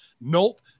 Nope